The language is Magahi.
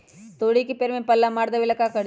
तोड़ी के पेड़ में पल्ला मार देबे ले का करी?